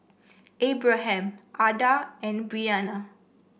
Abraham Ada and Brianna